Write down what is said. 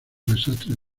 desastres